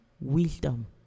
wisdom